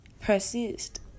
persist